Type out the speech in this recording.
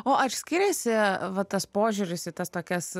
o ar skiriasi va tas požiūris į tas tokias